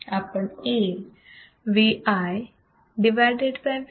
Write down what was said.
आपण A Vi Vo